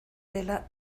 dela